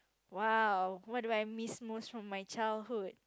!wow! what do I miss most from my childhood